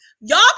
y'all